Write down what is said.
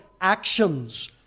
actions